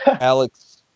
Alex